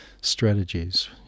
strategies